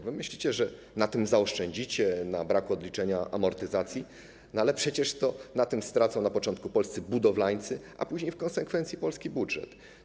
Wy myślicie, że na tym zaoszczędzicie, na braku odliczenia amortyzacji, ale przecież na tym stracą na początku polscy budowlańcy, a później w konsekwencji polski budżet.